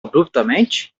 abruptamente